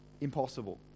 Impossible